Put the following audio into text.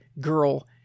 girl